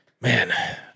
Man